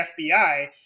FBI